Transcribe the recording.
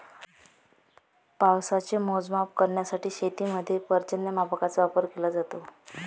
पावसाचे मोजमाप करण्यासाठी शेतीमध्ये पर्जन्यमापकांचा वापर केला जातो